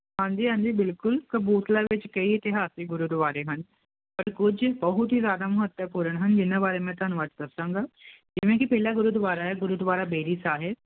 ਹਾਂਜੀ ਹਾਂਜੀ ਬਿਲਕੁਲ ਕਪੂਰਥਲਾ ਵਿੱਚ ਕਈ ਇਤਿਹਾਸ ਦੀ ਗੁਰਦੁਆਰੇ ਹਨ ਪਰ ਕੁਝ ਬਹੁਤ ਹੀ ਜਿਆਦਾ ਮਹੱਤਵਪੂਰਨ ਹਨ ਜਿਨਾਂ ਬਾਰੇ ਮੈਂ ਤੁਹਾਨੂੰ ਅੱਜ ਦੱਸਾਂਗਾ ਜਿਵੇਂ ਕਿ ਪਹਿਲਾਂ ਗੁਰਦੁਆਰਾ ਗੁਰਦੁਆਰਾ ਬੇਰੀ ਸਾਹਿਬ